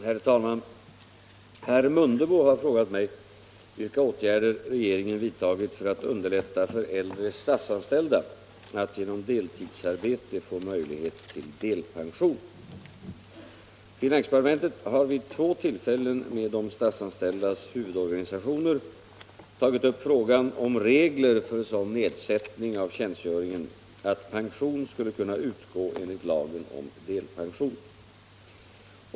Herr talman! Herr Mundebo har frågat mig vilka åtgärder regeringen vidtagit för att underlätta för äldre statsanställda att genom deltidsarbete få möjlighet till delpension. Finansdepartementet har vid två tillfällen med de statsanställdas huvudorganisationer tagit upp frågan om regler för sådan nedsättning av tjänstgöringen att pension skulle kunna utgå enligt lagen om delpension.